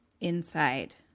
inside